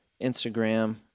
Instagram